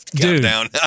countdown